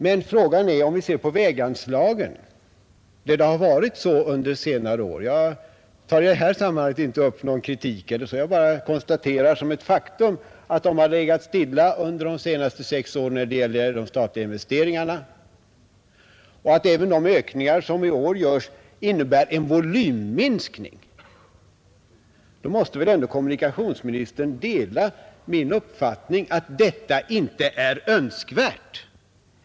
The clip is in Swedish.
Beträffande väganslagen har det emellertid varit så — jag uttalar i detta sammanhang inte någon kritik utan konstaterar det bara som ett faktum — att de legat stilla under de senaste sex åren när det gäller de statliga investeringarna. Även med de ökningar som görs i år blir det i verkligheten en volymminskning. Då måste väl ändå kommunikationsministern dela min uppfattning att detta inte är önskvärt.